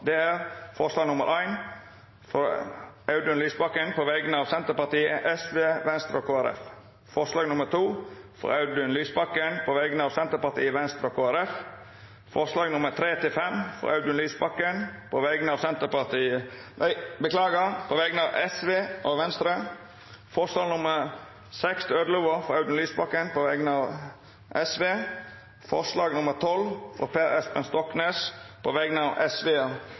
alt tolv forslag. Det er forslag nr. 1, frå Audun Lysbakken på vegner av Senterpartiet, Sosialistisk Venstreparti, Venstre og Kristeleg Folkeparti forslag nr. 2, frå Audun Lysbakken på vegner av Sosialistisk Venstreparti, Venstre og Kristeleg Folkeparti forslaga nr. 3–5, frå Audun Lysbakken på vegner av Sosialistisk Venstreparti og Venstre forslaga nr. 6–11, frå Audun Lysbakken på vegner av Sosialistisk Venstreparti forslag nr. 12, frå Per Espen Stoknes på vegner av